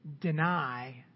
deny